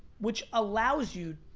which allows you